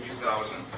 2000